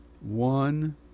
one